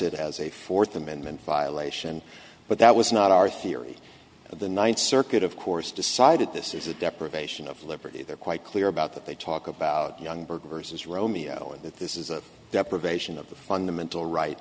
it has a fourth amendment violation but that was not our theory of the ninth circuit of course decided this is a deprivation of liberty they're quite clear about that they talk about young berger's as romeo and that this is a deprivation of the fundamental right